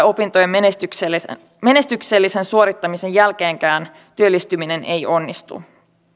opintojen menestyksellisen menestyksellisen suorittamisen jälkeenkään työllistyminen ei onnistu